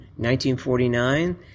1949